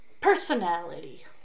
personality